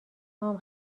هام